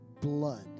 blood